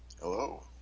Hello